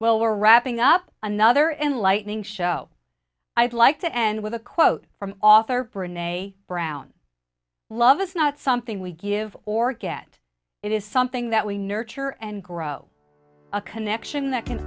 well we're wrapping up another enlightening show i'd like to end with a quote from author rene brown love is not something we give or get it is something that we nurture and grow a connection that can